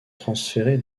transférés